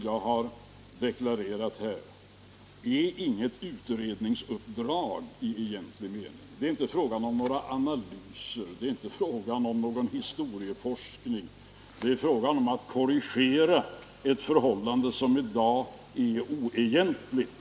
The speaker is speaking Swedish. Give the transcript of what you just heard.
jag har deklarerat här, är inget utredningsuppdrag i egentlig mening. Det är inte fråga om några analyser eller någon historieforskning, utan det är fråga om att korrigera ett förhållande som i dag är oegentligt.